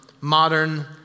modern